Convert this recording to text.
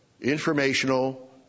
informational